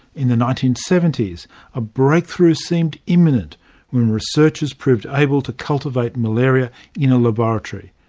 in the nineteen seventy s a breakthrough seemed imminent when researchers proved able to cultivate malaria in a laboratory.